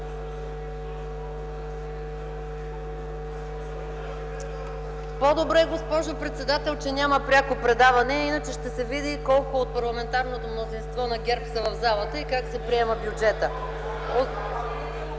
(КБ): Госпожо председател, по-добре, че няма пряко предаване. Иначе ще се види колко от парламентарното мнозинство на ГЕРБ са в залата и как се приема бюджетът.